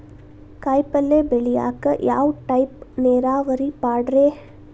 ಕಾಯಿಪಲ್ಯ ಬೆಳಿಯಾಕ ಯಾವ ಟೈಪ್ ನೇರಾವರಿ ಪಾಡ್ರೇ?